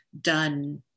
done